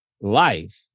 life